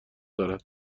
دارد